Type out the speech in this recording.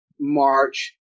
March